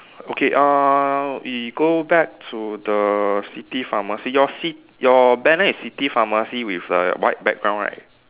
okay uh we go back to the city pharmacy your ci~ your banner is city pharmacy with the white background right